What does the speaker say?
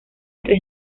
tres